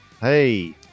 Hey